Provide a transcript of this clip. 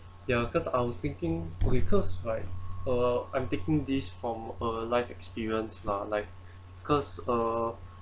ya cause I was thinking wait cause like uh I'm taking this from a life experience lah like cause uh